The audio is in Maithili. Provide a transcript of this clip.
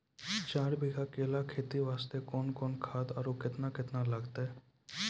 चार बीघा केला खेती वास्ते कोंन सब खाद आरु केतना केतना लगतै?